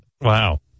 Wow